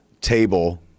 table